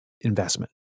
investment